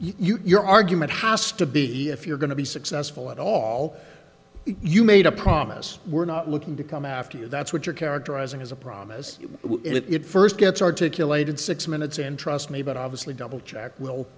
your argument has to be if you're going to be successful at all you made a promise we're not looking to come after you that's what you're characterizing as a prop as it first gets articulated six minutes and trust me but obviously double check will